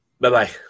Bye-bye